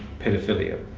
paedophilia.